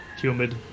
Humid